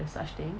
there's such thing